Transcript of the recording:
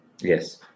Yes